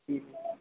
जी